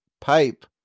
pipe